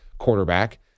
Quarterback